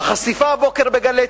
החשיפה הבוקר ב"גלי צה"ל"